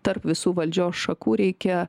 tarp visų valdžios šakų reikia